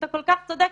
אתה כל כך צודק.